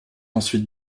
ensuite